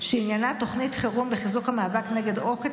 שעניינה תוכנית חירום לחיזוק המאבק נגד עוקץ